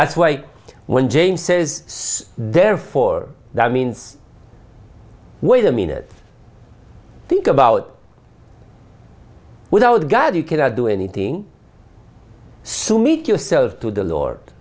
that's why when james says therefore that means wait a minute think about without god you can do anything sumeet yourself to the lord